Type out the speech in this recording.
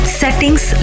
settings